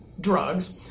drugs